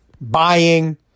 Buying